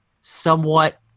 somewhat